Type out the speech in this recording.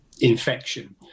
infection